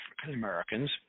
african-americans